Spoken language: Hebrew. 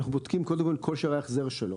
אנחנו בודקים קודם כל את כושר ההחזר שלו,